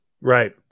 Right